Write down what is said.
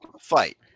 fight